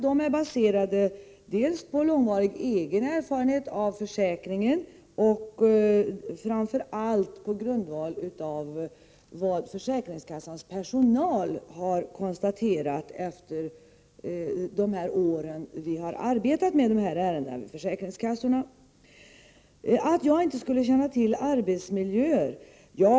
De är baserade dels på långvarig egen erfarenhet av försäkringen, dels på vad försäkringskassans personal har konstaterat efter de år som man har arbetat med ärendena i försäkringskassorna. Margö Ingvardsson sade att jag kanske inte känner till arbetsmiljöerna.